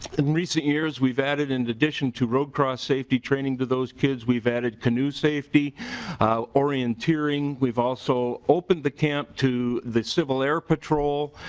in recent years we've added in addition to row across safety training to those kids we've added a new safety orienteering. we've also open the camp to the civil ai r patrol.